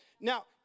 now